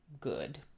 good